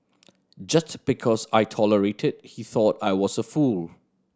just because I tolerated he thought I was a fool